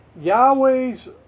Yahweh's